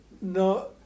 No